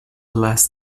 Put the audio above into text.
less